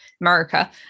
America